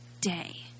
day